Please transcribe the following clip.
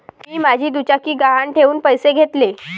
मी माझी दुचाकी गहाण ठेवून पैसे घेतले